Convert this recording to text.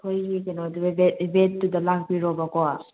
ꯑꯩꯈꯣꯏꯒꯤ ꯀꯩꯅꯣꯗꯨꯗ ꯕꯦꯗꯇꯨꯗ ꯂꯥꯛꯄꯤꯔꯣꯕ ꯀꯣ